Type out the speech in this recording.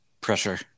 pressure